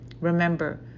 Remember